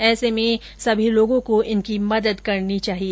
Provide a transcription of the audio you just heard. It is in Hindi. ऐसे में लोगों को इनकी मदद करनी चाहिए